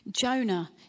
Jonah